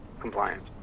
compliance